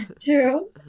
True